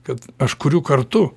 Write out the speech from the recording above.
kad aš kuriu kartu